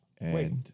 Wait